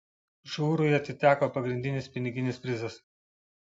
žurui atiteko pagrindinis piniginis prizas